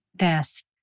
Yes